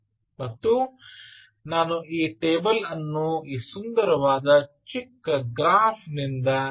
ಮತ್ತು ನಾನು ಈ ಟೇಬಲ್ ಅನ್ನು ಈ ಸುಂದರವಾದ ಚಿಕ್ಕ ಗ್ರಾಫ್ನಿಂದ ಪಡೆದುಕೊಂಡಿದ್ದೇನೆ